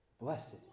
Blessed